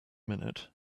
minute